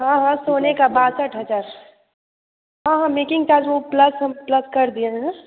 हाँ हाँ सोने का बासठ हज़ार हाँ हाँ मेकिंग चार्ज वह प्लस हम प्लस कर दिए हैं ना